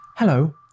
Hello